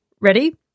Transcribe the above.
Ready